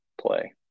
play